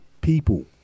people